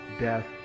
death